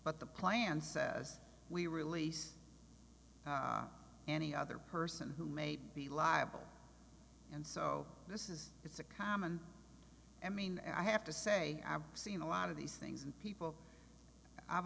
but the plan says we release any other person who may be liable and so this is it's a common i mean i have to say i've seen a lot of these things and people